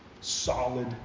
solid